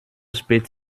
spät